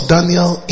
Daniel